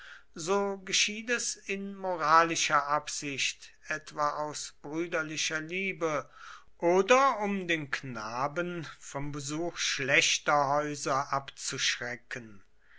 so geschieht es in moralischer absicht etwa aus brüderlicher liebe oder um den knaben vom besuch schlichter häuser abzuschrecken